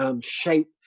shape